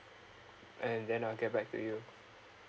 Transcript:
and then I'll get back to you